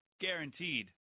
Guaranteed